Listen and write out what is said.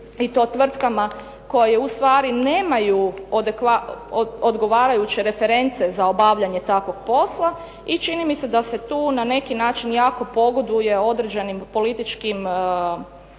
i to tvrtkama koje ustvari nemaju odgovarajuće reference za obavljanje takvog posla i čini mi se da se tu na neki način jako pogoduje određenim politički